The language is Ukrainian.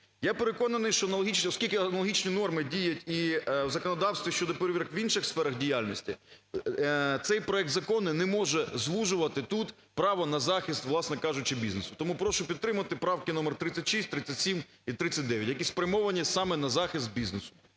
Я переконаний, що оскільки аналогічні норми діють і в законодавстві щодо перевірок в інших сферах діяльності, цей проект закону не може звужувати тут право на захист, власне кажучи, бізнесу. Тому прошу підтримати правки номер 36, 37 і 39, які спрямовані саме на захист бізнесу.